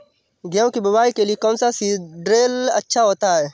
गेहूँ की बुवाई के लिए कौन सा सीद्रिल अच्छा होता है?